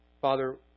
Father